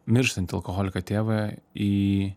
mirštantį alkoholiką tėvą į